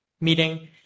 meeting